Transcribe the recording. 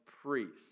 priests